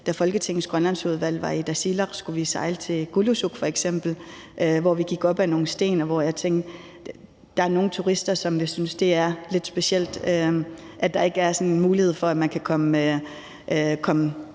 Da Folketingets Grønlandsudvalg var i Tasiilaq, skulle vi sejle til Kulusuk f.eks., hvor vi gik op ad nogle sten, og hvor jeg tænkte, at der er nogle turister, som vil synes, det er lidt specielt, at der ikke er mulighed for, at man kan komme